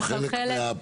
אני מבקש דבר